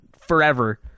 forever